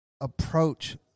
approach